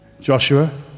Joshua